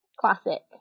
Classic